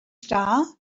star